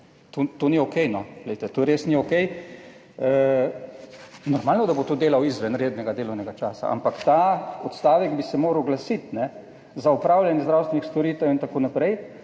To ni OK, no. Glejte, to res ni OK. Normalno, da bo to delal izven rednega delovnega časa. Ampak ta odstavek bi se moral oglasiti, za opravljanje zdravstvenih storitev in tako naprej,